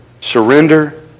surrender